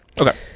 okay